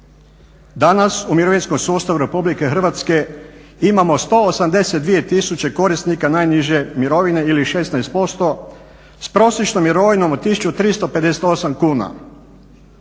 Danas u mirovinskom sustavu RH imamo 182 tisuće korisnika najniže mirovine ili 16% s prosječnom mirovinom od 1358 kuna,